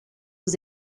aux